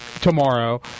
tomorrow